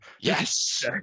yes